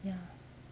ya